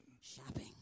Shopping